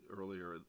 earlier